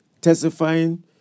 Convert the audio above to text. testifying